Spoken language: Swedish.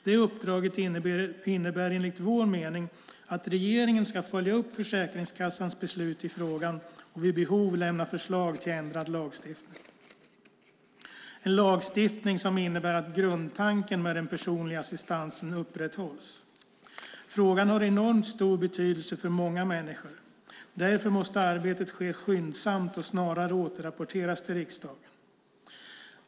Detta uppdrag innebär enligt vår mening att regeringen ska följa upp Försäkringskassans beslut i frågan och vid behov lämna förslag till ändrad lagstiftning - en lagstiftning som innebär att grundtanken med den personliga assistansen upprätthålls. Frågan har enormt stor betydelse för många människor. Därför måste arbetet ske skyndsamt och snarast återrapporteras till riksdagen.